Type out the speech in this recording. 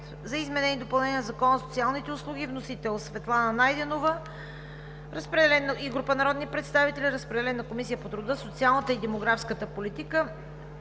за изменение и допълнение на Закона за социалните услуги. Вносители – Светлана Найденова и група народни представители. Водеща е Комисията по труда, социалната и демографската политика.